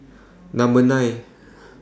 Number nine